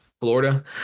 Florida